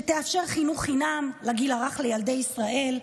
שתאפשר חינוך חינם לגיל הרך לילדי ישראל,